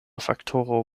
faktoro